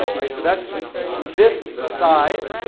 right? so that's this side,